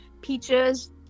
peaches